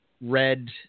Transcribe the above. red